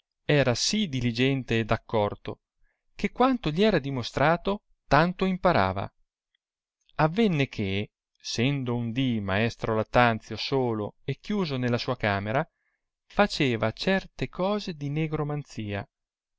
era sì diligente ed accorto che quanto gli era dimostrato tanto imparava avenne che sendo un dì maestro lattanzio solo e chiuso nella sua camera faceva certe cose di negromanzia il